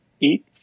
eat